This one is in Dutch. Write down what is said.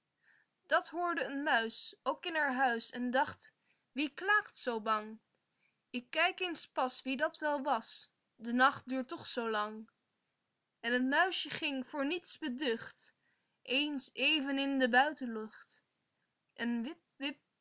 dat hoorde een muis ook in haar huis en dacht wie klaagt zoo bang ik kijk eens pas wie dat wel was de nacht duurt toch zoo lang en t muisje ging voor niets beducht eens even in de buitenlucht en